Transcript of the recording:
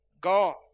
God